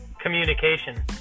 communication